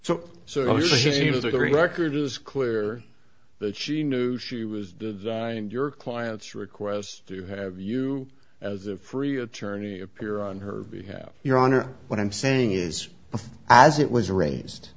is clear that she knew she was designed your client's request to have you as a free attorney appear on her behalf your honor what i'm saying is as it was arranged